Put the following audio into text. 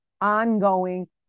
ongoing